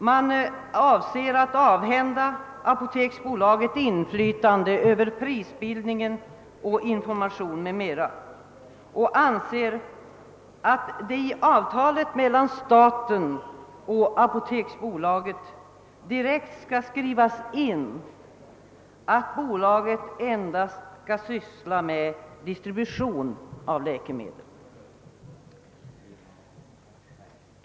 Man avser att avhända apoteksbolaget inflytande över prisbildning och information m.m. och anser, att det i avialet mellan staten och apoteksbolaget direkt skall skrivas in att bolaget endast skall syssla med distribution av läkemedel.